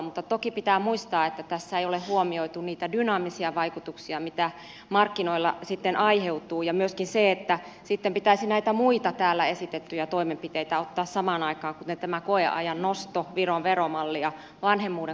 mutta toki pitää muistaa se että tässä ei ole huomioitu niitä dynaamisia vaikutuksia mitä markkinoilla sitten aiheutuu ja myöskin se että pitäisi näitä muita täällä esitettyjä toimenpiteitä ottaa samaan aikaan kuten koeajan nosto viron veromalli ja vanhemmuuden kustannusten jakaminen